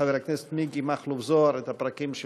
חבר הכנסת מכלוף מיקי זוהר את הפרקים של